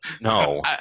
No